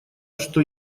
что